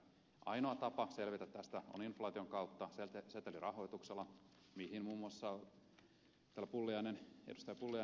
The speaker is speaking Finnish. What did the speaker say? ainoa tapa selvitä tästä on inflaation kautta setelirahoituksella mihin muun muassa täällä ed